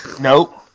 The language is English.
Nope